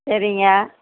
சரிங்க